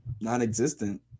non-existent